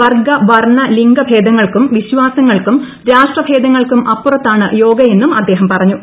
വർഗ്ഗ വർണ്ണ ലിംഗ ഭേദങ്ങൾക്കും വിശ്വാസങ്ങൾക്കും രാഷ്ട്രഭേദങ്ങൾക്കും അപ്പുറത്താണ് യോഗയെന്നും അദ്ദേഹം പറഞ്ഞു